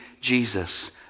Jesus